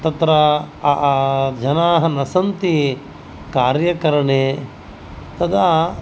तत्र जनाः न सन्ति कार्यकरणे तदा